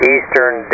Eastern